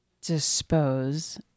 dispose